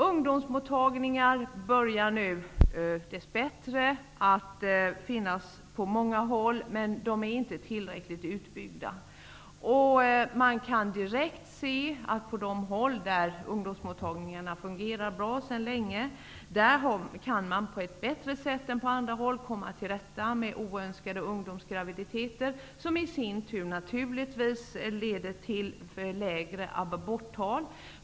Ungdomsmottagningar börjar nu dess bättre att finnas på många håll, men de är inte tillräckligt utbyggda. Man kan direkt se att man på de håll där ungdomsmottagningarna fungerar bra sedan länge kan på ett bättre sätt än på andra håll komma till rätta med oönskade ungdomsgraviditeter, vilket i sin tur naturligtvis leder till lägre aborttal.